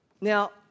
Now